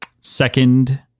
Second